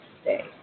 stay